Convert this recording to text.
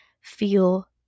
feel